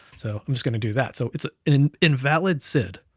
so i'm just gonna do that. so it's an invalid sid,